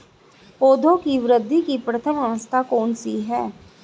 पौधों की वृद्धि की प्रथम अवस्था कौन सी है?